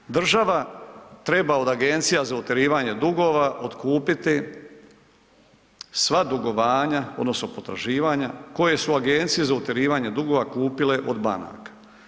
Prvi korak, država treba od agencija za utjerivanje dugova otkupiti sva dugovanja odnosno potraživanja koje su agencije za utjerivanje dugova kupile od banaka.